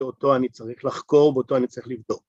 ‫ואותו אני צריך לחקור, ‫ואותו אני צריך לבדוק.